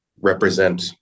represent